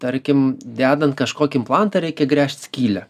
tarkim dedant kažkokį implantą reikia gręžt skylę